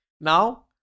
now